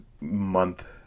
month